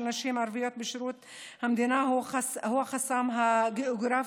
נשים ערביות בשירות המדינה הוא החסם הגיאוגרפי,